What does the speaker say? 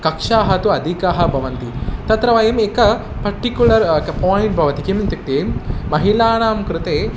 कक्षाः तु अधिकाः भवन्ति तत्र वयम् एकं पर्टिक्युळर् क पोयिन्ट् भवति किम् इत्युक्ते महिलानां कृते